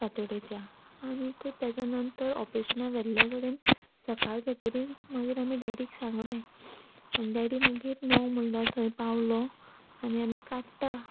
फांतोडेच्या आनीक ताच्या नंतर ऑपरेशनाक व्हेल्ल्या कडेन सकाळ जातकीर मागीर आमी डॅडीक सांगलें आनी डॅडी मागीर णव म्हणल्यार थंय पावलो आनी आमी काडटा